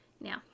now